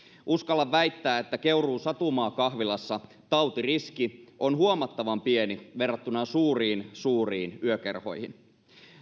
uskallan väittää että keuruun satumaa kahvilassa tautiriski on huomattavan pieni verrattuna suuriin suuriin yökerhoihin